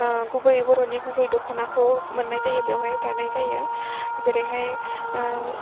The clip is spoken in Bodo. गुबैयै बर'नि गुबै दख'नाखौ मोन्नाय जायो बेवहाय दानाय जायो जेरैहाय